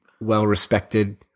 well-respected